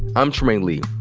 i'm trymaine lee.